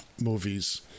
movies